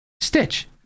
Stitch